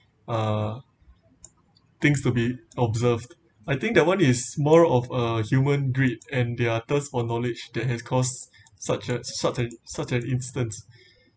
uh things to be observed I think that one is more of a human greed and their thirst for knowledge that has caused such such a such a such a instance